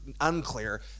unclear